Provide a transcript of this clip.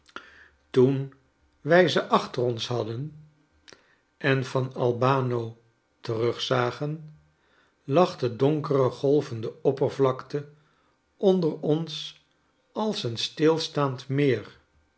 toen wij ze achter ons hadden en van alb a no terugzagen lag de donkere golvende oppervlakte onder ons als een stilstaand meer